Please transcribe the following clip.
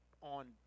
on